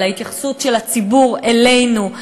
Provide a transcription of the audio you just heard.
להתייחסות של הציבור אלינו,